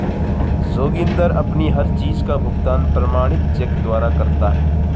जोगिंदर अपनी हर चीज का भुगतान प्रमाणित चेक द्वारा करता है